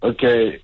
Okay